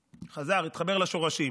חזר, התחבר לשורשים,